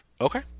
okay